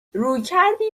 رویکردی